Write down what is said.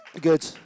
Good